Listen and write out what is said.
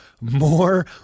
more